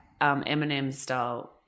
Eminem-style